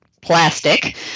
plastic